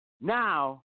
now